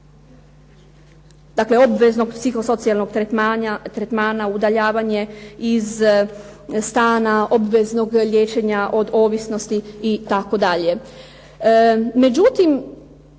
Dakle, obveznog psiho socijalnog tretmana, udaljavanje iz stana, obveznog liječenja od ovisnosti itd.